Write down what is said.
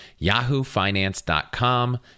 yahoofinance.com